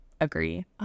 agree